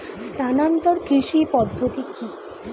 স্থানান্তর কৃষি পদ্ধতি কি?